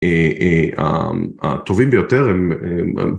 הטובים ביותר הם